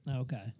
Okay